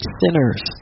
Sinners